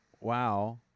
Wow